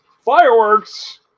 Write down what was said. Fireworks